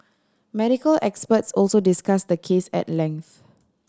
medical experts also discussed the case at length